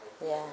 ya